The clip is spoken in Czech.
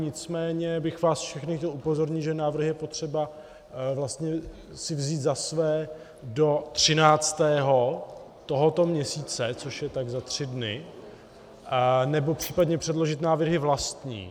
Nicméně bych vás chtěl všechny upozornit, že návrhy je potřeba si vzít za své do 13. tohoto měsíce, což je tak za tři dny, nebo případně předložit návrhy vlastní.